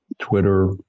Twitter